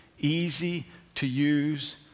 easy-to-use